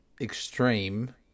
extreme